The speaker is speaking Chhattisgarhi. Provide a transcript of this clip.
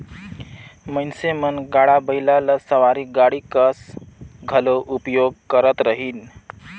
मइनसे मन गाड़ा बइला ल सवारी गाड़ी कस घलो उपयोग करत रहिन